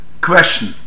question